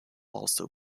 also